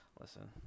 Listen